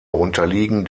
unterliegen